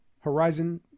Horizon